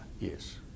Yes